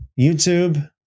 YouTube